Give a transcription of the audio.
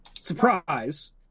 surprise